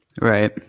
Right